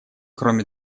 кроме